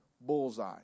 bullseye